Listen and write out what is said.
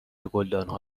گلدانها